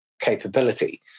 capability